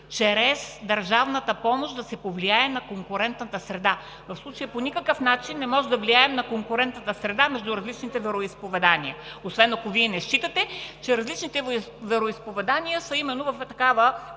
чрез държавната помощ да се повлияе на конкурентната среда. В случая по никакъв начин не може да влияем на конкурентната среда между различните вероизповедания, освен ако не считате, че различните вероизповедания са именно в такава